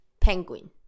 penguin